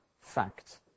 fact